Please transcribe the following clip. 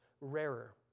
rarer